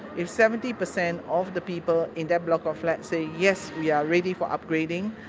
if seventy percent of the people in that block of flats say yes, we are ready for upgrading,